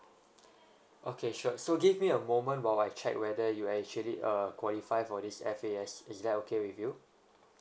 okay sure so give me a moment while I check whether you actually uh qualify for this F A S is that okay with you